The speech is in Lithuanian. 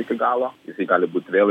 iki galo tai gali būt vėl